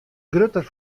grutter